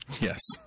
Yes